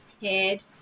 head